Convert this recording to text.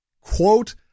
Quote